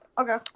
Okay